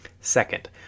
Second